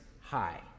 high